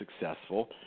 successful